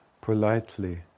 politely